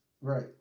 Right